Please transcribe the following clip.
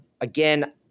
Again